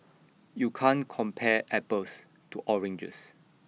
you can't compare apples to oranges